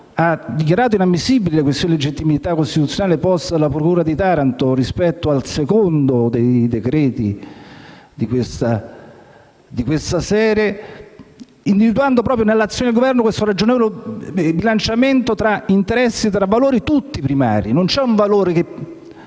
e dichiarato inammissibili le questioni di legittimità costituzionale sollevate dalla procura di Taranto con riferimento al secondo dei decreti-legge di questa serie, individuando proprio nell'azione del Governo questo ragionevole bilanciamento tra interessi e valori tutti primari. Infatti, nell'ambito